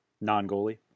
non-goalie